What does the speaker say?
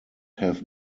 have